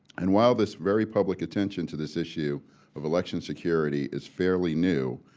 and while this very public attention to this issue of election security is fairly new,